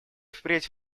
впредь